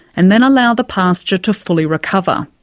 and then allow the pasture to fully recover,